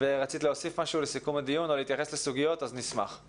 האם רצית להוסיף משהו לסיכום הדיון או להתייחס לסוגיות בעניין?